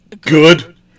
good